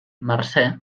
mercè